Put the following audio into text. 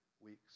weeks